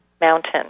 mountain